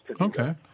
Okay